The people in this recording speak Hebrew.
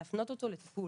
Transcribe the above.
להפנות אותו לטיפול,